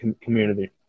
community